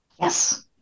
Yes